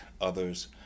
others